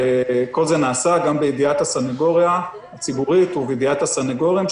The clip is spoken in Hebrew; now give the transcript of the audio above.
כל זה נעשה גם בידיעת הסנגוריה הציבורית ובידיעת הסנגורים,